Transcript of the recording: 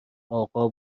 اقا